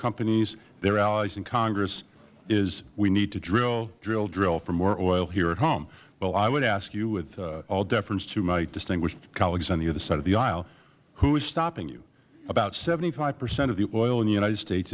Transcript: companies their allies in congress is we need to drill drill drill drill for more oil here at home i would ask you with all deference to my distinguished colleagues on the other side of the aisle who is stopping you about seventy five percent of the oil in the united states